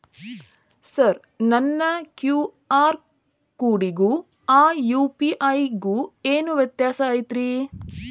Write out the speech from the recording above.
Sir ನನ್ನ QR ಕೊಡಿಗೂ ಆ ಯು.ಪಿ.ಐ ಗೂ ಏನ್ ವ್ಯತ್ಯಾಸ ಐತ್ರಿ?